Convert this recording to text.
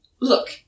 Look